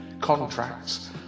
contracts